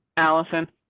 alison.